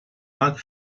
mal